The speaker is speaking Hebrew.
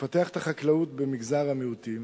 לפתח את החקלאות במגזר המיעוטים